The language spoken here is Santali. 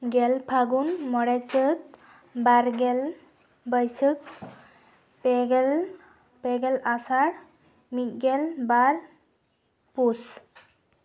ᱜᱮᱞ ᱯᱷᱟᱹᱜᱩᱱ ᱢᱚᱬᱮ ᱪᱟᱹᱛ ᱵᱟᱨᱜᱮᱞ ᱵᱟᱹᱭᱥᱟᱹᱠᱷ ᱯᱮᱜᱮᱞ ᱯᱮᱜᱮᱞ ᱟᱥᱟᱲ ᱢᱤᱫ ᱜᱮᱞᱵᱟᱨ ᱯᱩᱥ